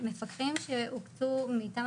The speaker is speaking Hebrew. במפקחים בתקופת הקורונה וגם היום,